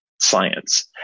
science